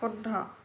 শুদ্ধ